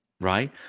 right